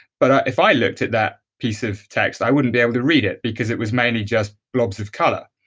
but if i looked at that piece of text, i wouldn't be able to read it because it was mainly just blocks of color.